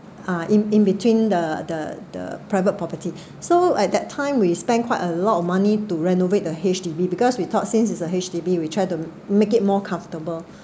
uh in in between the the the private property so at that time we spend quite a lot of money to renovate the H_D_B because we taught since it's a H_D_B we try to make it more comfortable